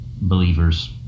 believers